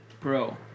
pro